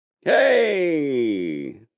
Hey